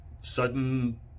sudden